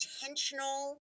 intentional